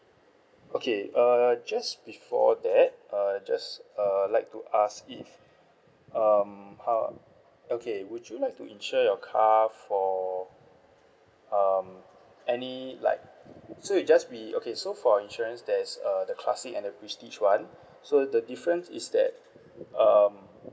okay uh just before that uh just uh like to ask if um uh okay would you like to insure your car for um any like so it will just be okay so for our insurance there's uh the classic and the prestige one so the difference is that um